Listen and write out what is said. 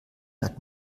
hat